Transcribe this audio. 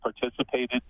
participated